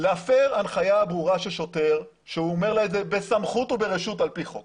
להפר הנחיה ברורה של שוטר שהוא אמר לה את זה בסמכות וברשות על פי חוק